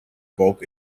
bulk